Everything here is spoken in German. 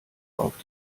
auf